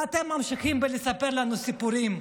ואתם ממשיכים בלספר לנו סיפורים: